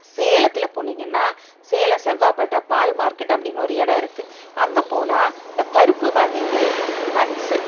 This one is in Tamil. சேலத்தில் போனிங்கன்னால் சேலம் செவ்வாப்பேட்டை பால் மார்கெட் அப்படின்னு ஒரு இடம் இருக்குது அங்கே போனால் இந்த பருப்பு வகைகள் நட்ஸு